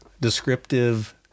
descriptive